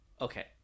Okay